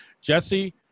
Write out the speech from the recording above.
Jesse